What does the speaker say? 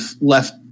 left